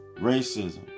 racism